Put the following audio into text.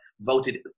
voted